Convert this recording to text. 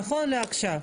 נכון לעכשיו,